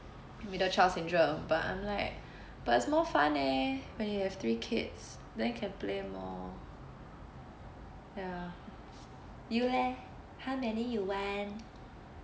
middle child syndrome but I'm like but it's more fun eh when you have three kids then can play more ya you leh how many you want